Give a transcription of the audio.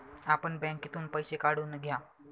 आपण बँकेतून पैसे काढून घ्या